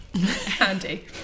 handy